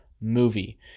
movie